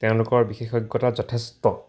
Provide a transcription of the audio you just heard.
তেওঁলোকৰ বিশেষজ্ঞতা যথেষ্ট